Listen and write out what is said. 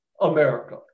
America